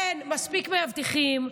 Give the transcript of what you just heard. אין מספיק מאבטחים.